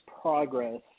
progress